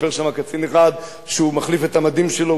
סיפר שם קצין אחד שהוא מחליף את המדים שלו,